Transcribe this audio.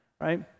Right